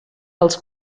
els